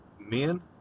men